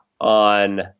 on